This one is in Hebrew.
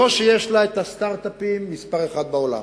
לא על שיש לה הסטארט-אפים מספר אחת בעולם,